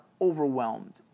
overwhelmed